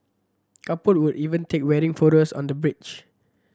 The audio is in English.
couple would even take wedding photos on the bridge